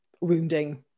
wounding